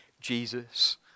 Jesus